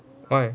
but